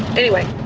anyway,